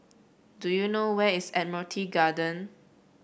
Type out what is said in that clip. do you know where is Admiralty Garden